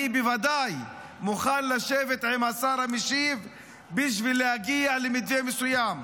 אני בוודאי מוכן לשבת עם השר המשיב בשביל להגיע למתווה מסוים.